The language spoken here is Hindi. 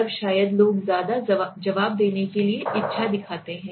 तब शायद लोग ज्यादा जवाब देने के लिए इच्छा दिखाते हैं